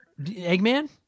Eggman